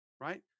right